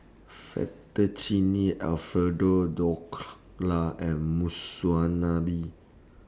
Fettuccine Alfredo Dhokla and Monsunabe